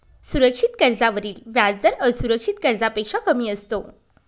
सुरक्षित कर्जावरील व्याजदर असुरक्षित कर्जापेक्षा कमी असतो